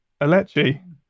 Alecci